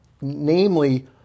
namely